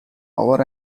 over